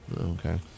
Okay